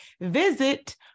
visit